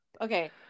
okay